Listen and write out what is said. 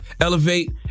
elevate